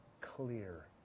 clear